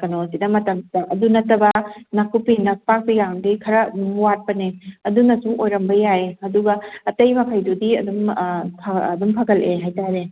ꯀꯩꯅꯣꯁꯤꯗ ꯃꯇꯝꯁꯤꯗ ꯑꯗꯨ ꯅꯠꯇꯕ ꯅꯥꯀꯨꯞꯄꯤ ꯅꯥꯄꯥꯛꯄꯤꯀꯥꯗꯤ ꯈꯔ ꯑꯗꯨꯝ ꯋꯥꯠꯄꯅꯦ ꯑꯗꯨꯅꯁꯨ ꯑꯣꯏꯔꯝꯕ ꯌꯥꯏꯌꯦ ꯑꯗꯨꯒ ꯑꯇꯩ ꯃꯈꯩꯗꯨꯗꯤ ꯑꯗꯨꯝ ꯑꯗꯨꯝ ꯐꯒꯠꯂꯛꯑꯦ ꯍꯥꯏꯇꯥꯔꯦ